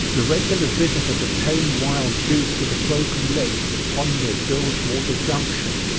the regular visit of the tame wild goose with a broken leg to the pond near bilgewater junction,